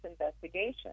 investigation